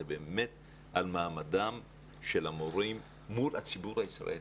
זה באמת על מעמדם של המורים מול הציבור הישראלי,